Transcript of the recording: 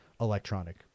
electronic